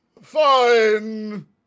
fine